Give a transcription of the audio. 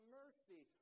mercy